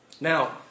Now